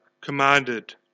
commanded